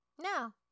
No